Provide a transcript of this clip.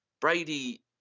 Brady